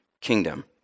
kingdom